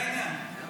זה העניין.